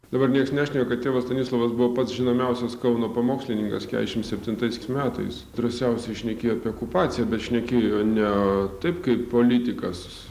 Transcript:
dabar nieks nešneka kad tėvas stanislovas buvo pats žinomiausias kauno pamokslininkas keturiasdešimt septintais metais drąsiausiai šnekėjo apie okupaciją bet šnekėjo ne taip kaip politikas